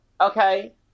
Okay